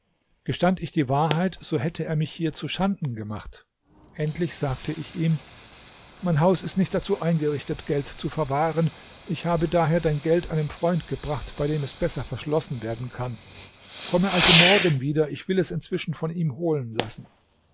gestand ich die wahrheit so hätte er mich hier zuschanden gemacht endlich sagte ich ihm mein haus ist nicht dazu eingerichtet geld zu verwahren ich habe daher dein geld einem freund gebracht bei dem es besser verschlossen werden kann komme also morgen wieder ich will es inzwischen von ihm holen lassen